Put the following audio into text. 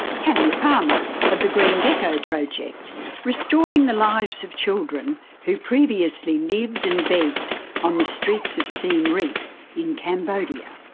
tania palmer of the green gecko project restoring the lives of children who previously lived and begged on the streets of siem reap in cambodia.